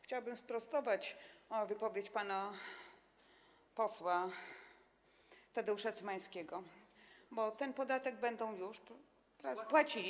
Chciałabym sprostować wypowiedź pana posła Tadeusza Cymańskiego, bo ten podatek będą już płacili.